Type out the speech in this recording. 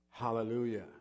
Hallelujah